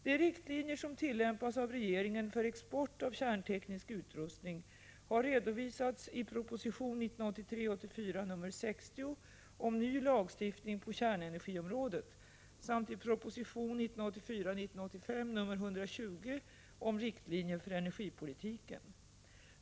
De riktlinjer som tillämpas av regeringen för export av kärnteknisk utrustning har redovisats i proposition 1983 85:120 om riktlinjer för energipolitiken.